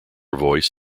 voice